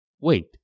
wait